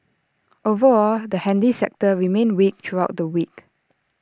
overall the handy sector remained weak throughout the week